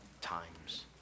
times